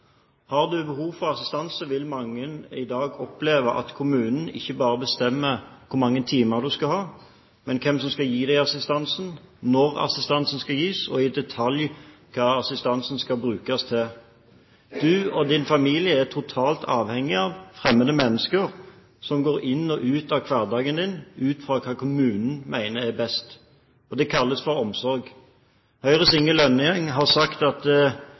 Har du behov for assistanse, vil mange i dag oppleve at kommunen ikke bare bestemmer hvor mange timer du skal ha, men også hvem som skal gi deg assistansen, når assistansen skal gis og i detalj hva assistansen skal brukes til. Du og din familie er totalt avhengige av fremmede mennesker som går inn og ut av hverdagen din, ut fra hva kommunen mener er best. Det kalles omsorg. Høyres Inge Lønning har sagt at